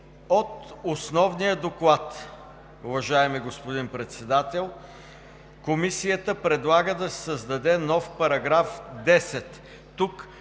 От основния доклад, уважаеми господин Председател, Комисията предлага да се създаде нов § 10. Тук